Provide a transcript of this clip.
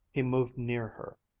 he moved near her,